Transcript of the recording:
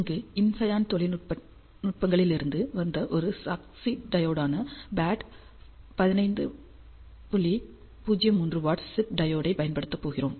இங்கு இன்ஃபினியன் தொழில்நுட்பங்களிலிருந்து வந்த ஒரு ஷாட்ஸ்கி டையோடான BAT 15 03W சிப் டையோடைப் பயன்படுத்தப் போகிறோம்